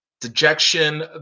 dejection